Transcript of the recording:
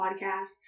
podcast